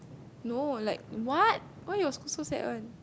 no like what why your school also have one